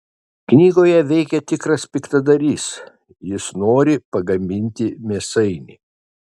knygoje veikia tikras piktadarys jis nori pagaminti mėsainį